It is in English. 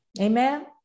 Amen